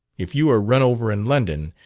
if you are run over in london,